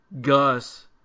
Gus